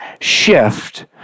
shift